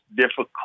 difficult